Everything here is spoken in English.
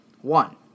One